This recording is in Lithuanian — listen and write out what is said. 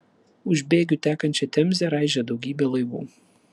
už bėgių tekančią temzę raižė daugybė laivų